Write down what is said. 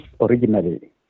originally